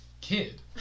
Kid